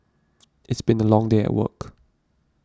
it's been a long day at work